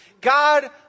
God